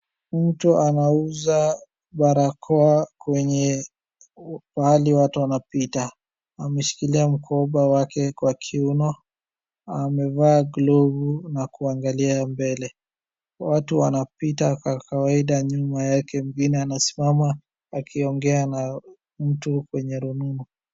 Mtu anauza barakoa kwenye mahali watu wanapita. Ameshikilia mkoba wake kwa kiuno, amevaa glovu na kuangalia mbele. Watu wanapita kwa kawaida nyuma yake mwingine anasimama akiongea na mtu kwenye rununu.